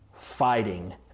fighting